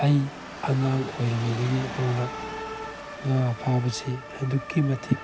ꯑꯩ ꯑꯉꯥꯡ ꯑꯣꯏꯔꯤꯉꯩꯗꯒꯤ ꯍꯧꯅ ꯉꯥ ꯐꯥꯕꯁꯤ ꯑꯗꯨꯛꯀꯤ ꯃꯇꯤꯛ